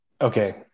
Okay